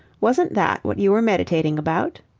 wasn't that what you were meditating about?